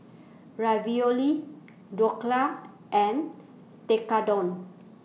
Ravioli Dhokla and Tekkadon